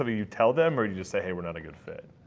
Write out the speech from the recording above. ah you tell them? or do you just say, hey, we're not a good fit?